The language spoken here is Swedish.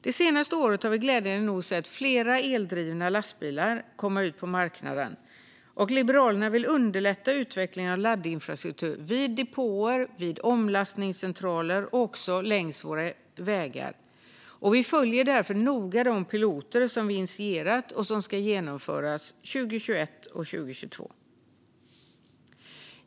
Det senaste året har vi glädjande nog sett flera eldrivna lastbilar komma ut på marknaden. Liberalerna vill underlätta utvecklingen av laddinfrastruktur vid depåer och omlastningscentraler samt längs våra vägar och följer därför noga de piloter som vi har initierat och som ska genomföras 2021 och 2022.